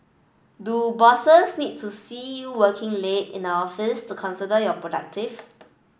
do bosses need to see you working late in the office to consider your productive